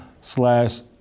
slash